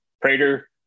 Prater